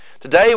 Today